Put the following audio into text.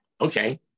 Okay